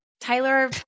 Tyler